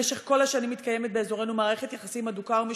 במשך כל השנים מתקיימת באזורנו מערכת יחסים הדוקה ומשותפת,